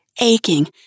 aching